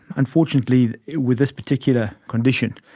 unfortunately with this particular condition,